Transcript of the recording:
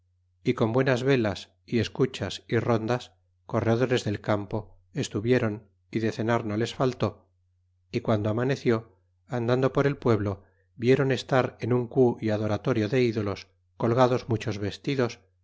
y con buenas velas y escuchas y rondas corredores del campo estuvieron y de cenar no les faltó y guando amaneció andando por el pueblo ieron estar en un cu é adoratorio de dolos colgados muchos vestidos